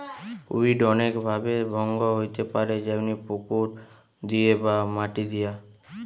weed অনেক ভাবে ভঙ্গ হইতে পারে যেমনি পুকুর দিয়ে বা মাটি দিয়া